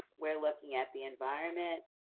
we're looking at the environment,